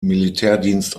militärdienst